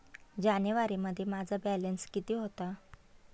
जानेवारीमध्ये माझा बॅलन्स किती होता?